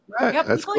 Right